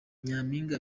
nyaminga